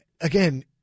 again